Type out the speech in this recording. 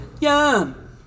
Yum